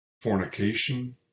fornication